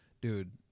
dude